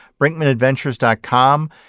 brinkmanadventures.com